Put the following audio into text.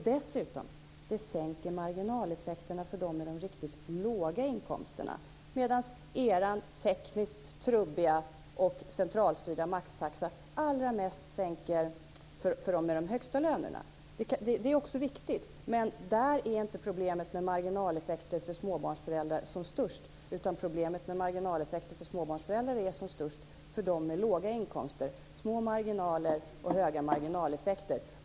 Dessutom sänker det marginaleffekterna för dem med de riktigt låga inkomsterna, medan er tekniskt trubbiga och centralstyrda maxtaxa allra mest sänker för dem med de högsta lönerna. Det är också viktigt, men där är inte problemet med marginaleffekter för småbarnsföräldrar som störst, utan problemet med marginaleffekter för småbarnsföräldrar är som störst för dem med låga inkomster, små marginaler och stora marginaleffekter.